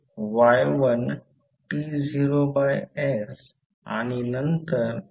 तर 5 Ω रेझिस्टरमधील व्होल्टेज शोधण्यास सांगितले गेले आहे